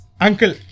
uncle